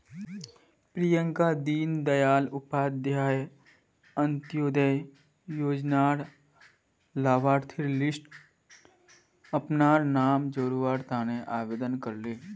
प्रियंका दीन दयाल उपाध्याय अंत्योदय योजनार लाभार्थिर लिस्टट अपनार नाम जोरावर तने आवेदन करले